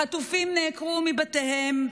החטופים נעקרו מבתיהם,